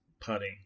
putting